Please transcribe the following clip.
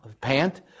Pant